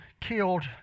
killed